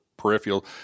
peripheral